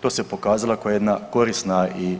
To se pokazala kao jedna korisna i